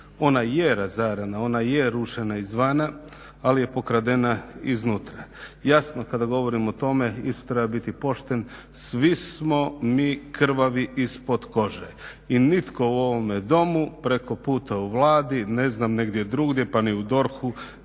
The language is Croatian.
Ona je razarana, ona je rušena izvana, ali je pokradena iznutra. Jasno kada govorim o tome isto treba biti pošten, svi smo mi krvavi ispod kože i nitko u ovome Domu, preko puta u Vladi, ne znam negdje drugdje pa ni u DORH-u